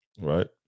right